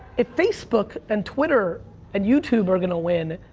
if facebook and twitter and youtube are gonna win,